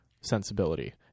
sensibility